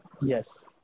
Yes